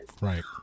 right